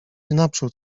naprzód